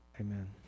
amen